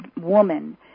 woman